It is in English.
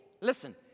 Listen